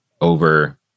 over